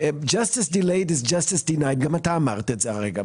Justice delayed is justice denied גם אתה אמרת את זה כרגע.